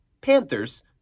Panthers